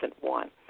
one